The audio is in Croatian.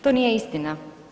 To nije istina.